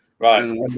Right